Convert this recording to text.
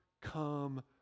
come